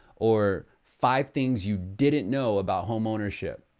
or five things you didn't know about homeownership.